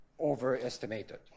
overestimated